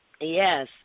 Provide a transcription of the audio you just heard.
Yes